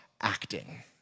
acting